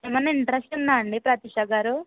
ఏమైనా ఇంట్రెస్ట్ ఉందా అండి ప్రత్యూష గారు